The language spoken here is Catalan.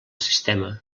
sistema